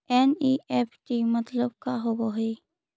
NEFT मतलब का होब हई?